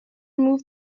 remove